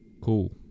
Cool